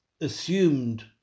assumed